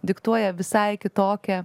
diktuoja visai kitokią